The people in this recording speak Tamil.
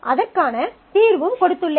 அதற்கான தீர்வும் கொடுத்துள்ளேன்